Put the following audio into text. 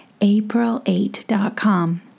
april8.com